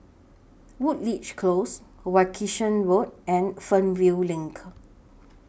Woodleigh Close Wilkinson Road and Fernvale LINK